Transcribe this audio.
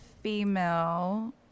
female